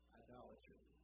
idolatry